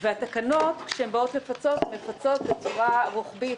והתקנות שבאות לפצות מפצות בצורה רוחבית